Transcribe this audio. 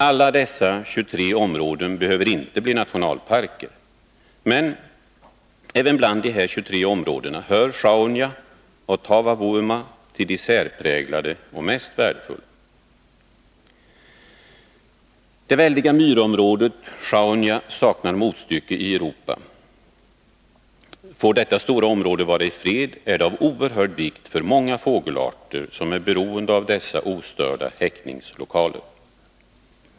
Alla dessa 23 områden behöver inte bli nationalparker, men även bland de 23 områdena hör Sjaunja och Taavavuoma till de särpräglade och mest värdefulla. Det väldiga myrområdet Sjaunja saknar motstycke i Europa. Får detta stora område vara i fred är det av oerhörd vikt för många fågelarter, som är beroende av dessa ostörda häckningslokaler.